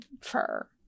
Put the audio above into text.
fur